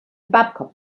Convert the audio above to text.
babcock